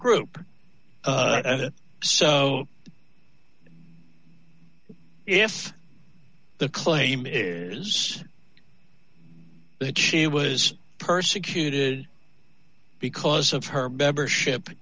group so if the claim is that she was persecuted because of her better ship